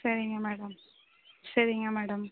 சரிங்க மேடம் சரிங்க மேடம்